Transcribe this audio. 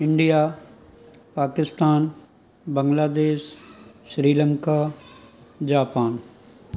India Pakistan Bangladesh Sri Lanka Japan